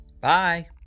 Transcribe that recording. Bye